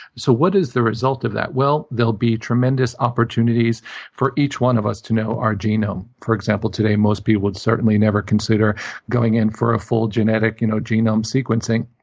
so what is the result of that? well, there'll be tremendous opportunities for each one of us to know our genome. for example, today, most people would certainly never consider going in for ah full genetic you know genome sequencing.